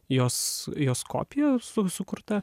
jos jos kopija su sukurta